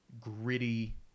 gritty